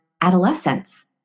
adolescence